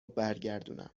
برگردونم